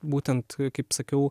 būtent kaip sakiau